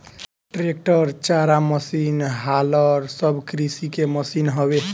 tractor, चारा machine, हालर सब कृषि के मशीन हवे